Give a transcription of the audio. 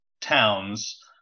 towns